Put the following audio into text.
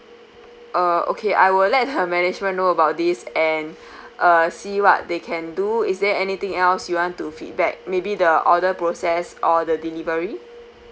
uh okay I will let the management know about this and uh see what they can do is there anything else you want to feedback maybe the order process or the delivery